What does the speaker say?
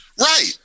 Right